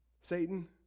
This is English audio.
Satan